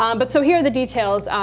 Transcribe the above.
um but so here are the details,